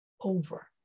over